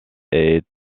est